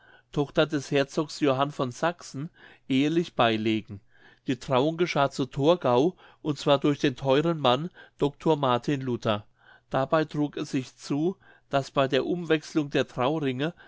tochter des herzogs johann von sachsen ehelich beilegen die trauung geschah zu torgau und zwar durch den theuren mann doctor martin luther dabei trug es sich zu daß bei der umwechselung der trauringe